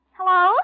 Hello